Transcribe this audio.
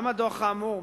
גם הדוח האמור,